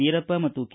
ವೀರಪ್ಪ ಮತ್ತು ಕೆ